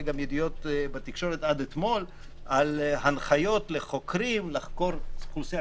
גם ידיעות בתקשורת עד אתמול על הנחיות לחוקרים לחקור אוכלוסייה